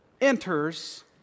enters